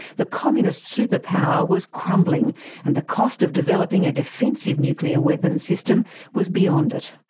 the communist superpower was crumbling and the cost of developing a defensive nuclear weapons system was beyond it.